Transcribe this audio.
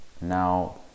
Now